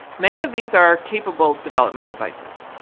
many of these are capable development devices.